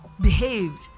behaved